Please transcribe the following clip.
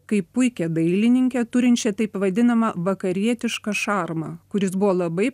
kaip puikią dailininkę turinčią taip vadinamą vakarietišką šarmą kuris buvo labai